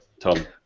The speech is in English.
Tom